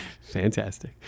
fantastic